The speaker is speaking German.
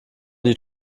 die